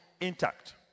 intact